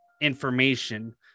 information